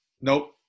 Nope